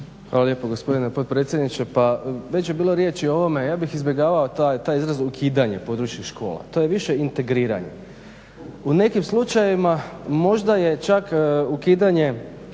Hvala lijepa gospodine potpredsjedniče. Pa već je bilo riječi o ovome. Ja bih izbjegavao taj izraz ukidanje područnih škola, to je više integriranje. U nekim slučajevima možda je čak ukidanje